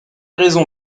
raisons